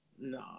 no